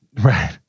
Right